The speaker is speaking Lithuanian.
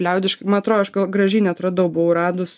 liaudiškai man atrodo aš gal gražiai net radau buvau radus